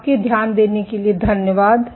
आपके ध्यान देने के लिए धन्यवाद